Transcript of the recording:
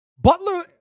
Butler